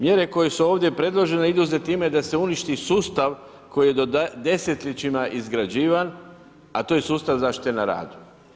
Mjere koje su ovdje predložene idu za time, da se uništi sustav, koji je desetljećima izgrađivan a to je sustav zaštite na radu.